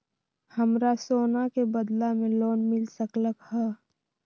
हमरा सोना के बदला में लोन मिल सकलक ह?